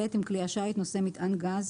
אם כלי השיט נושא מטען גז